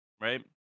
right